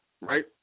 right